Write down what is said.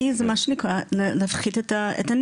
כי זה מה שנקרא להפחית את הנזק,